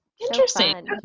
Interesting